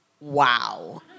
Wow